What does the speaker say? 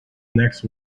next